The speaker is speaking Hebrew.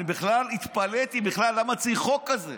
אני בכלל התפלאתי למה בכלל צריך חוק כזה.